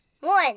One